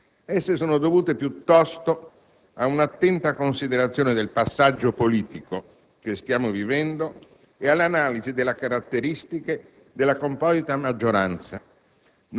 Esse sono dovute piuttosto a un'attenta considerazione del passaggio politico che stiamo vivendo e all'analisi delle caratteristiche della composita maggioranza,